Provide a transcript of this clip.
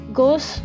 goes